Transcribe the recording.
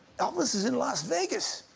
elvis is in las vegas.